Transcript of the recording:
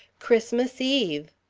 christmas eve.